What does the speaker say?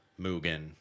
Mugen